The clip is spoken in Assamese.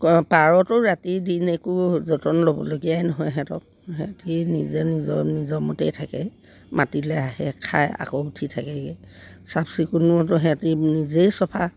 পাৰতো ৰাতি দিন একো যতন ল'বলগীয়াই নহয় সিহঁতক সিহঁতি নিজে নিজৰ নিজৰমতেই থাকে মাতিলে আহে খাই আকৌ উঠি থাকেগে চাফচিকুণতো সিহঁতি নিজেই চফা